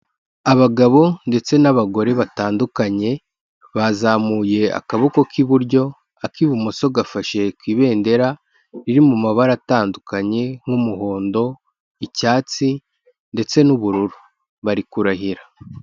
Abagabo ndetse n'abagore batandukanye bazamuye akaboko k'iburyo, ak'ibumoso gafashe ku ibendera riri mu mabara atandukanye nk'umuhondo, icyatsi ndetse n'ubururu, bari kurahira.